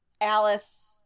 Alice